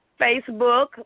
Facebook